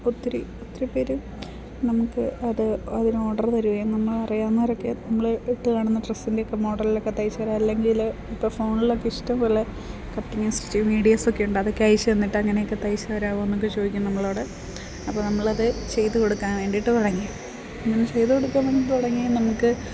ഒത്തിരി ഒത്തിരി പേർ നമുക്ക് അത് അതിന് ഓഡർ തരുകയും നമ്മളെ അറിയാവുന്നവരൊക്കെ നമ്മൾ ഇട്ട് കാണുന്ന ഡ്രസ്സിൻ്റൊക്കെ മോഡലിലൊക്കെ തയ്ച്ച് തരാ അല്ലെങ്കിൽ ഇപ്പം ഫോണിലൊക്കെ ഇഷ്ടംപോലെ കട്ടിങ് സ്റ്റിച്ചിങ് വീഡിയോസ് ഒക്കെ ഉണ്ട് അതൊക്കെ അയച്ച് തന്നിട്ട് അങ്ങനെയൊക്കെ തയ്ച്ച് തരാമോ എന്നൊക്കെ ചോദിക്കും നമ്മളോട് അപ്പം നമ്മളത് ചെയ്ത് കൊടുക്കാൻ വേണ്ടിയിട്ട് തുടങ്ങി അങ്ങനെ ചെയ്ത് കൊടുക്കാൻ വേണ്ടിയിട്ട് തുടങ്ങി നമുക്ക്